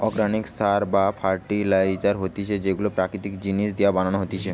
organic সার বা fertiliser হতিছে যেইটো প্রাকৃতিক জিনিস দিয়া বানানো হতিছে